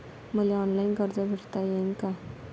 मले ऑनलाईन कर्ज भरता येईन का?